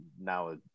Now